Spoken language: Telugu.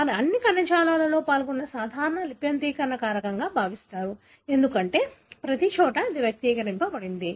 వారు అన్ని కణజాలాలలో పాల్గొన్న సాధారణ లిప్యంతరీకరణ కారకంగా భావించారు ఎందుకంటే ప్రతిచోటా వ్యక్తీకరించబడింది